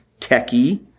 techie